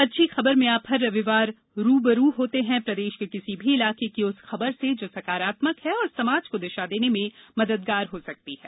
अच्छी खबर में आप हर रविवार रू ब रू होते हैं प्रदेश के किसी भी इलाके की उस खबर से जो सकारात्मक है और समाज को दिशा देने में मददगार हो सकती है